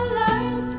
light